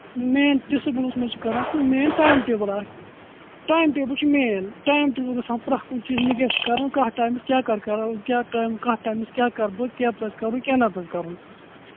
main disciplines منٛز چھُ کران سُہ مین ٹایِم ٹیبٕل اکھ ٹایِم ٹیبٕل چھُ مین ٹایِم ٹیبٕل گَژھان پرٛتھ کُنہِ چیٖزس مےٚ کیٛاہ چھُ کَرُن کَتھ ٹایمَس کیٛاہ کیٛاہ کَرو کیٛاہ ٹایِم کَتھ ٹایمَس کیٛاہ کَرٕ بہٕ کیٛاہ پَزِ کَرُن کیٛاہ نہَ پَزِ کَرُن